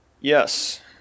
Yes